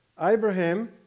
Abraham